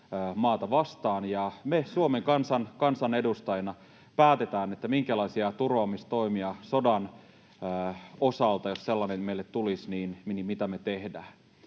maata vastaan, ja me Suomen kansan kansanedustajina päätetään, minkälaisia turvaamistoimia sodan osalta, jos sellainen meille tulisi, tehdään.